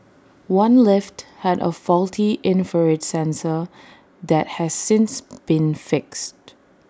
one lift had A faulty infrared sensor that has since been fixed